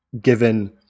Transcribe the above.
given